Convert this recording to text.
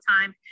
time